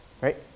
Right